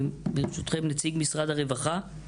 יש כאן נציג של משרד הרווחה?